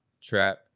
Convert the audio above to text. trap